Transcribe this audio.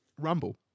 Rumble